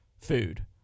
food